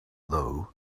though